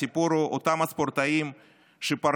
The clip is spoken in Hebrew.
הסיפור הוא אותם ספורטאים שפרשו,